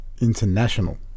international